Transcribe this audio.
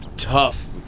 Tough